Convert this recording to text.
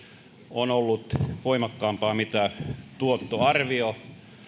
on ollut voimakkaampaa kuin mitä tuottoarvio